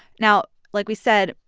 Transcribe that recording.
now, like we said,